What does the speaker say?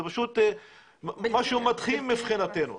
זה פשוט משהו מדהים מבחינתנו,